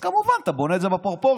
אבל היא לא מתאימה להיות דירקטורית.